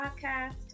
podcast